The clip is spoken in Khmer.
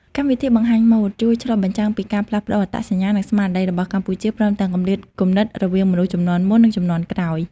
កម្មវិធីបង្ហាញម៉ូដ ជួយឆ្លុះបញ្ចាំងពីការផ្លាស់ប្ដូរអត្តសញ្ញាណ និងស្មារតីរបស់កម្ពុជា ព្រមទាំងគម្លាតគំនិតរវាងមនុស្សជំនាន់មុន និងជំនាន់ក្រោយ។